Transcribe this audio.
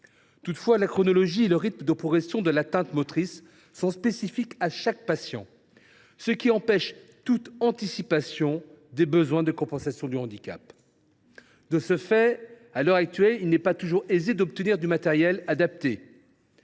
Toutefois, la chronologie et le rythme de progression de l’atteinte motrice sont spécifiques à chaque patient, ce qui empêche toute anticipation des besoins de compensation du handicap. « De ce fait, à l’heure actuelle, il n’est pas toujours aisé d’obtenir du matériel adapté.